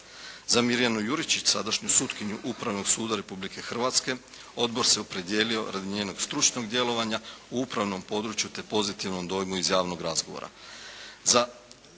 Za Mirjanu Juričić, sadašnju sutkinju Upravnog suda Republike Hrvatske odbor se opredijelio radi njenog stručnog djelovanja u upravnom području te pozitivnom dojmu iz javnog razgovora.